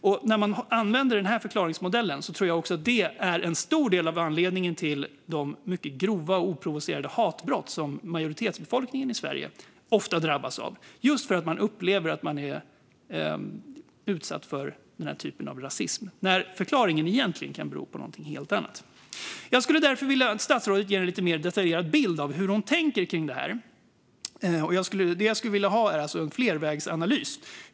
Jag tror att användandet av denna förklaringsmodell är en stor del av anledningen till de mycket grova och oprovocerade hatbrott som majoritetsbefolkningen i Sverige ofta drabbas av, just för att man upplever att man är utsatt för denna typ av rasism - när förklaringen egentligen kan vara en helt annan. Jag skulle därför vilja att statsrådet ger en lite mer detaljerad bild av hur hon tänker kring detta. Jag skulle vilja ha en flervägsanalys.